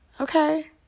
Okay